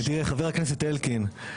חבר הכנסת אלקין,